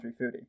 Foodie